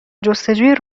جستجوی